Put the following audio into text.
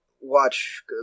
watch